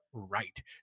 Right